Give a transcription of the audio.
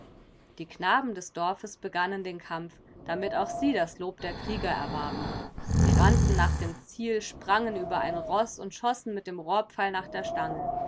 die knaben des dorfes begannen den kampf damit auch sie das lob der krieger erwarben sie rannten nach dem ziel sprangen über ein roß und schossen mit dem rohrpfeil nach der stange